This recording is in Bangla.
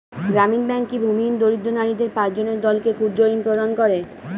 গ্রামীণ ব্যাংক কি ভূমিহীন দরিদ্র নারীদের পাঁচজনের দলকে ক্ষুদ্রঋণ প্রদান করে?